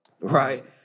right